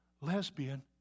lesbian